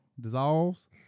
dissolves